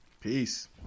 Peace